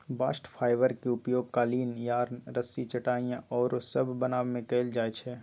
bast fibre के उपयोग कालीन, यार्न, रस्सी, चटाइया आउरो सभ बनाबे में कएल जाइ छइ